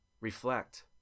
reflect